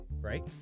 Right